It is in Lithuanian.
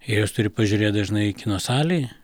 ir juos turi pažiūrėt dažnai kino salėj